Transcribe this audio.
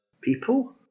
people